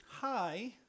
Hi